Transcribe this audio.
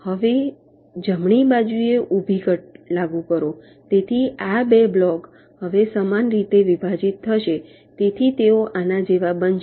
હવે જમણી બાજુએ ઊભી કટ લાગુ કરો તેથી આ 2 બ્લોક હવે સમાન રીતે વિભાજિત થશે તેથી તેઓ આના જેવા બનશે